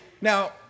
now